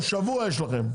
אמרתי לכם, שבוע יש לכם.